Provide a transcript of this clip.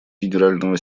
генерального